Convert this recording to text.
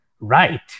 right